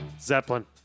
Zeppelin